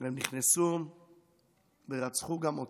והם נכנסו ורצחו גם אותה,